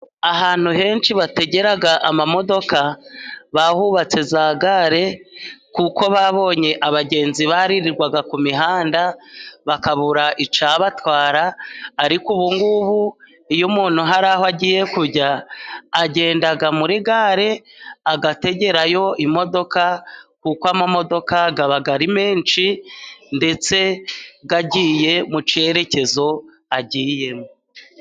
Ahantu henshi bategera amamodoka bahubatse za gare kuko babonye abagenzi baririrwaga ku mihanda bakabura icyabatwara, ariko ubu ngubu iyo umuntu hari aho agiye kujya agendaga muri gare agategerayo imodoka, kuko amamodoka aba ari menshi ndetse agiye mu cyerekezo agiyemo.